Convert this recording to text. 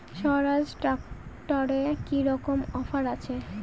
স্বরাজ ট্র্যাক্টরে কি রকম অফার আছে?